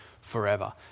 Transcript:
forever